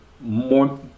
more